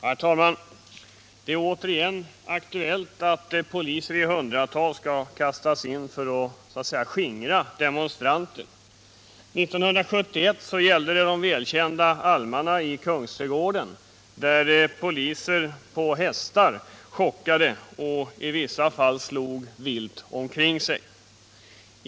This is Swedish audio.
Herr talman! Det är återigen aktuellt att poliser i hundratal skall kastas in för att skingra demonstranter. År 1971 gällde det de välkända almarna i Kungsträdgården, där poliser på hästar chockade och i vissa fall slog vilt omkring sig.